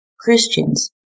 Christians